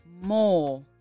more